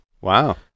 Wow